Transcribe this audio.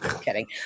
Kidding